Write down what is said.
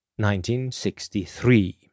1963